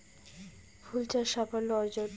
ফুল চাষ সাফল্য অর্জন?